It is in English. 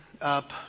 up